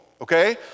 okay